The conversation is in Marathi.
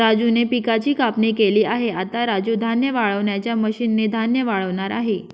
राजूने पिकाची कापणी केली आहे, आता राजू धान्य वाळवणाच्या मशीन ने धान्य वाळवणार आहे